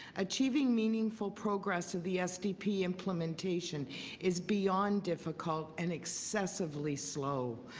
achieving meaningful progress of the sdb implementation is beyond difficult and excessively slow.